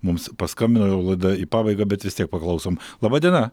mums paskambino jau laida į pabaigą bet vis tiek paklausom laba diena